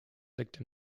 liegt